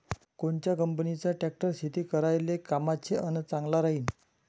कोनच्या कंपनीचा ट्रॅक्टर शेती करायले कामाचे अन चांगला राहीनं?